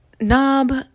Knob